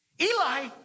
eli